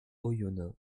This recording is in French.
oyonnax